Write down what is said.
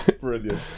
Brilliant